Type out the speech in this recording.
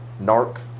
narc